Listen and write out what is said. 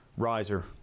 riser